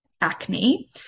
acne